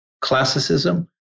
classicism